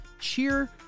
cheer